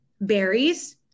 berries